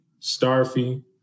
Starfy